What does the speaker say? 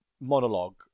monologue